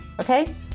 okay